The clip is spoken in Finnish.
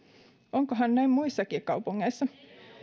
onkohan näin muissakin kaupungeissa